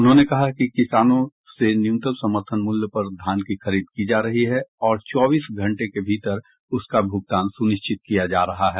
उन्होंने कहा कि किसानों से न्यूनतम समर्थन मूल्य पर धान की खरीद की जा रही है और चौबीस घंटे के भीतर उसका भुगतान सुनिश्चित किया जा रहा है